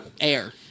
Air